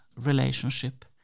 relationship